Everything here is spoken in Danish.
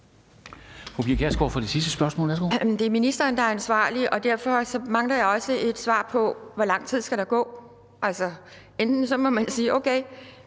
Det er ministeren, der er ansvarlig, og derfor mangler jeg også et svar på, hvor lang tid der skal gå. Enten må man sige: Okay,